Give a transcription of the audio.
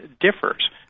differs